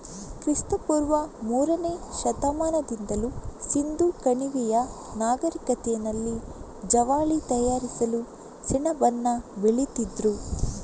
ಕ್ರಿಸ್ತ ಪೂರ್ವ ಮೂರನೇ ಶತಮಾನದಿಂದಲೂ ಸಿಂಧೂ ಕಣಿವೆಯ ನಾಗರಿಕತೆನಲ್ಲಿ ಜವಳಿ ತಯಾರಿಸಲು ಸೆಣಬನ್ನ ಬೆಳೀತಿದ್ರು